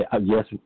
yes